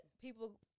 people